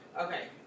Okay